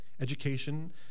Education